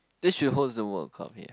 they should host the World Cup here